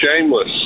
shameless